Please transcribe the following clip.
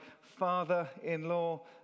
father-in-law